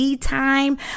time